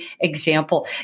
example